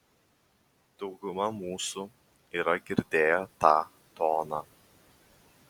dauguma mūsų yra girdėję tą toną